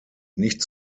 nicht